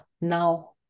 now